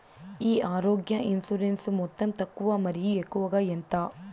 ఈ ఆరోగ్య ఇన్సూరెన్సు మొత్తం తక్కువ మరియు ఎక్కువగా ఎంత?